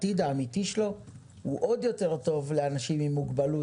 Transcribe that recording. העתיד האמתי שלו הוא עוד יותר טוב לאנשים עם מוגבלות